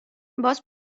باز